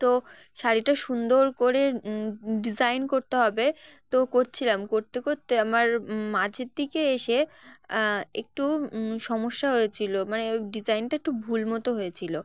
তো শাড়িটা সুন্দর করে ডিজাইন করতে হবে তো করছিলাম করতে করতে আমার মাঝের দিকে এসে একটু সমস্যা হয়েছিলো মানে ডিজাইনটা একটু ভুল মতো হয়েছিলো